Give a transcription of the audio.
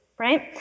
right